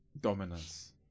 dominance